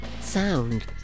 sound